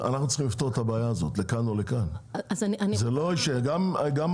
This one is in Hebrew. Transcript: אנחנו צריכים להוזיל את המחיר ולפנות שטחי מדף